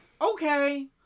Okay